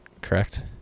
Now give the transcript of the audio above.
correct